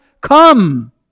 come